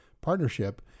partnership